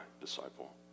disciple